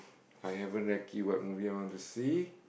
I haven't recce what movie I want to see